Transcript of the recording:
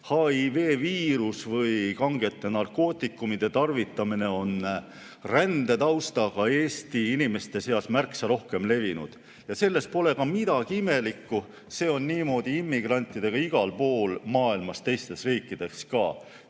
HI-viirus ja kangete narkootikumide tarvitamine on rändetaustaga Eesti inimeste seas märksa rohkem levinud. Selles pole ka midagi imelikku, see on niimoodi immigrantidega igal pool maailmas, teistes riikides ka.